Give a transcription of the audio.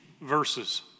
verses